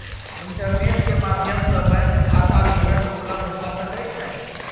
internet के माध्यम सॅ बैंक खाता विवरण उपलब्ध भ सकै छै